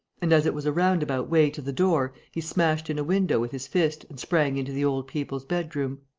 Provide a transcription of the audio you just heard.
and, as it was a roundabout way to the door, he smashed in a window with his fist and sprang into the old people's bedroom.